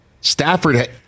Stafford